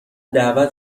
دعوت